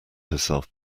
herself